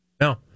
No